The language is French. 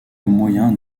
moyen